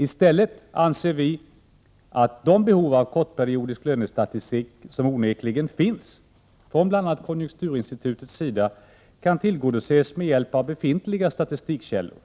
I stället anser vi att de behov av kortperiodisk lönestatistik som onekligen finns från bl.a. konjunkturinstitutets sida bör tillgodoses med hjälp av befintliga statistikkällor